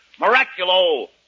Miraculo